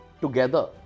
together